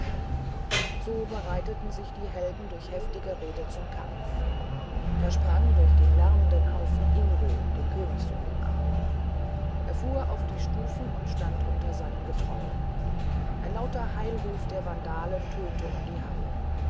so bereiteten sich die helden durch heftige rede zum kampf da sprang durch den lärmenden haufen ingo den königssohn im arme er fuhr auf die stufen und stand unter seinen getreuen ein lauter heilruf der vandalen tönte um die halle